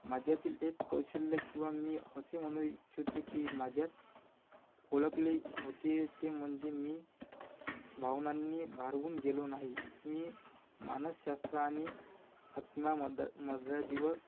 माझ्यातील एक कौशल्य किंवा मी असे म्हणू इच्छितो की माझ्यात ओळखले होते ते म्हणजे मी भावनांनी भारावून गेलो नाही मी मानसशास्त्र आणि आत्म्या मद मद्रादिवर